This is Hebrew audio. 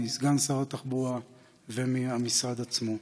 מסגן שר התחבורה ומהמשרד עצמו.